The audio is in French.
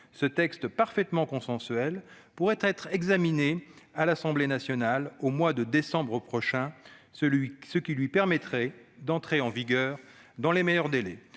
Ce texte parfaitement consensuel pourrait être examiné à l'Assemblée nationale au mois de décembre prochain, ce qui lui permettrait d'entrer en vigueur dans les meilleurs délais.